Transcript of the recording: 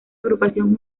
agrupación